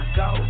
go